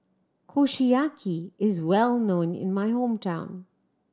Kushiyaki is well known in my hometown